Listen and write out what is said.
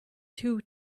two